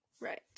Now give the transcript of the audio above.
right